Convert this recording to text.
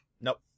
Nope